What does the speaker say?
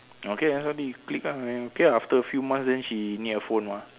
okay then suddenly you click ah then okay ah after a few months then she need a phone mah